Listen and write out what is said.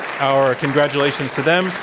our congratulations to them.